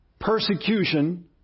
persecution